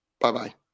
Bye-bye